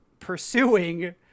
pursuing